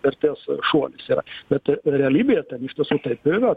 vertės šuolis yra bet realybėje ten iš tiesų taip ir yra